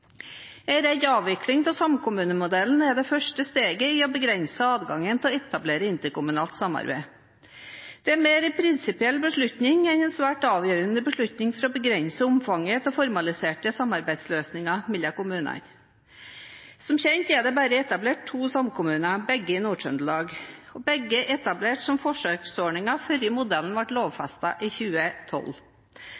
avvikling av samkommunemodellen er det første skrittet til å begrense adgangen til å etablere interkommunalt samarbeid. Det er mer en prinsipiell beslutning enn en svært avgjørende beslutning for å begrense omfanget av formaliserte samarbeidsløsninger mellom kommunene. Som kjent er det bare etablert to samkommuner, begge i Nord-Trøndelag, og begge er etablert som forsøksordninger før modellen ble